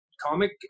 comic